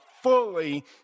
fully